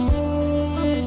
yeah